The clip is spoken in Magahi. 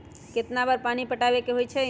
कितना बार पानी पटावे के होई छाई?